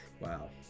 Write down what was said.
Wow